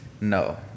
no